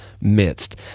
midst